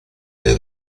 lay